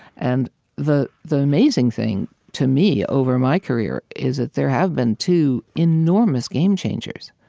and the the amazing thing, to me, over my career, is that there have been two enormous game changers,